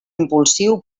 impulsiu